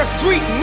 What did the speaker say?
sweet